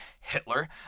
hitler